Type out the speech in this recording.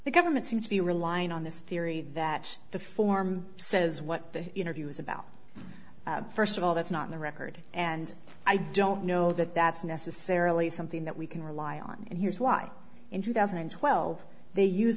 the government seems to be relying on this theory that the form says what the interview is about first of all that's not the record and i don't know that that's necessarily something that we can rely on and here's why in two thousand and twelve they use